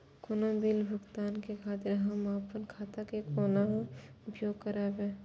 कोनो बील भुगतान के खातिर हम आपन खाता के कोना उपयोग करबै?